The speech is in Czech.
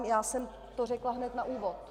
Já jsem to řekla hned na úvod.